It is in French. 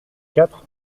quatre